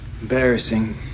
Embarrassing